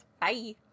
bye